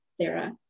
Sarah